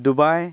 Dubai